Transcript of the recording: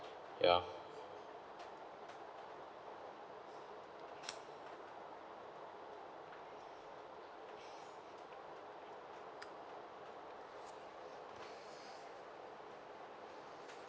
ya